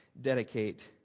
dedicate